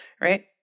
right